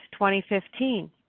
2015